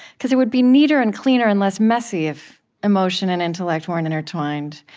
because it would be neater and cleaner and less messy if emotion and intellect weren't intertwined.